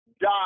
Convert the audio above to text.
die